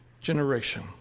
generation